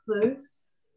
close